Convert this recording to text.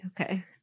okay